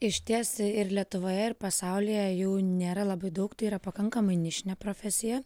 išties i ir lietuvoje ir pasaulyje jų nėra labai daug tai yra pakankamai nišinė profesija